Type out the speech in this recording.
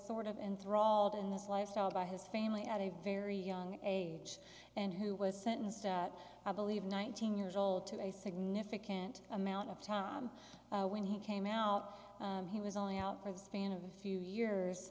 sort of in thrall to in this lifestyle by his family at a very young age and who was sentenced i believe nineteen years old to a significant amount of time when he came out he was only out for the span of a few years